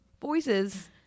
voices